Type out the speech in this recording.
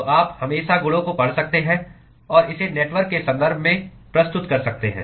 तो आप हमेशा गुणों को पढ़ सकते हैं और इसे नेटवर्क के संदर्भ में प्रस्तुत कर सकते हैं